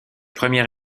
première